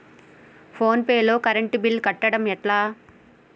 Phone pay లో current bill కట్టడం ఎట్లా?